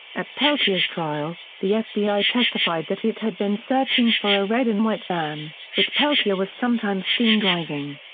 at peltier's trial, the fbi testified that it had been searching for a red and white van, which peltier was sometimes seen driving.